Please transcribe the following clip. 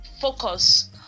focus